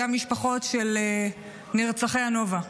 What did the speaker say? גם משפחות של נרצחי הנובה,